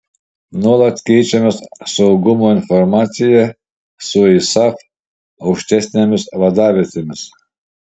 nuolat keičiamės saugumo informacija su isaf aukštesnėmis vadavietėmis